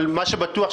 מה שבטוח,